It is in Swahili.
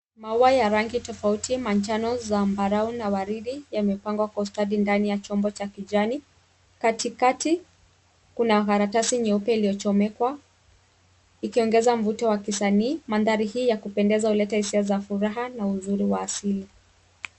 Maua ya rangi tofauti, manjano, zambarau na waridi yamepangwa kwa ustadi ndani ya chombo cha kijani. Katikati kuna karatasi nyeupe iliyochomekwa, ikiongeza mvuto wa kisanii. Mandahri hii ya kupendeza, huleta hisia za furaha na uzuri wa asili.